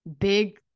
big